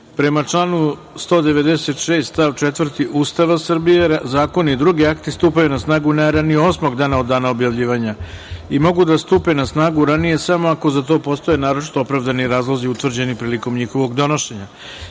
članu 196. stav 4. Ustava Srbije, zakoni i drugi akti stupaju na snagu najranije osmog dana od dana objavljivanja i mogu da stupe na snagu ranije samo ako za to postoje naročito opravdani razlozi utvrđeni prilikom njihovog donošenja. Stavljam